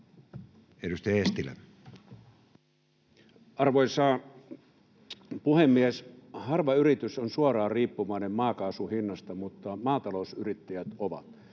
Content: Arvoisa puhemies! Harva yritys on suoraan riippuvainen maakaasun hinnasta, mutta maatalousyrittäjät ovat,